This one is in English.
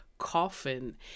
Coffin